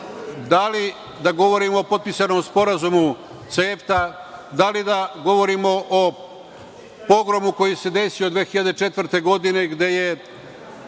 da li da govorimo o potpisanom Sporazumu CEFTA, da li da govorimo o pogromu koji se desio 2004. godine, gde je